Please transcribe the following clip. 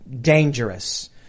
dangerous